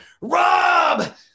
Rob